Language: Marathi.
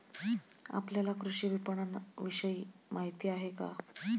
आपल्याला कृषी विपणनविषयी माहिती आहे का?